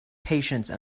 patience